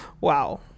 Wow